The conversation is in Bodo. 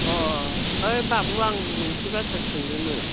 अ ओइ बाबु आं मोनसे बाथ्रा सोंनोमोन